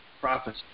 prophecy